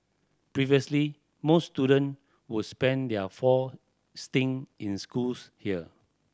previously most student would spend their four stint in schools here